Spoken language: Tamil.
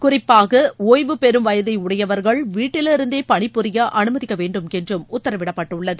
குறிப்பாகஒய்வு பெறும் வயதைஉடையவர்கள் வீட்டிலிருந்தேபணிபுரியஅனுமதிக்கவேண்டும் என்றும் உத்தரவிடப்பட்டுள்ளது